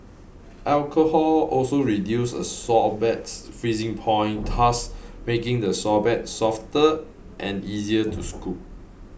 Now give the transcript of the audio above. alcohol also reduces a sorbet's freezing point thus making the sorbet softer and easier to scoop